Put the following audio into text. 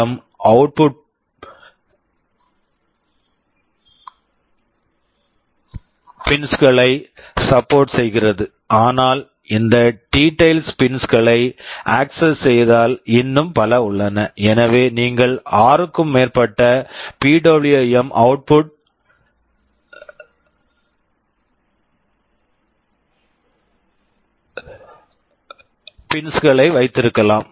M PWM output output pins pins களை வைத்திருக்கலாம்